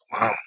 Wow